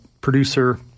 producer